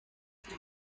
توصیه